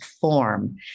form